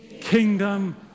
kingdom